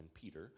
Peter